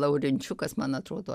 laurinčiukas man atrodo